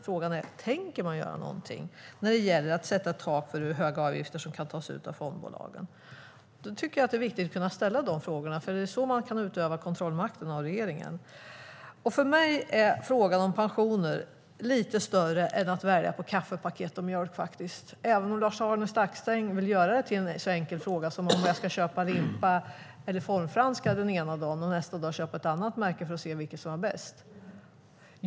Frågan är om regeringen tänker göra något när det gäller att sätta ett tak för hur höga avgifter som kan tas ut av fondbolagen. Jag tycker att det är viktigt att kunna ställa de frågorna; det är så vi kan utöva kontrollmakten över regeringen. För mig är frågan om pensioner faktiskt lite större än att välja mellan olika kaffe eller mjölkpaket, även om Lars-Arne Staxäng vill göra det till en så enkel fråga som om man ska välja att köpa en viss limpa eller formfranska den ena dagen och nästa dag köpa ett annat märke för att se vilket som var bäst.